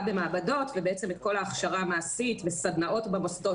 במעבדות ובעצם את כל ההכשרה המעשית וסדנאות במוסדות.